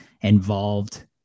involved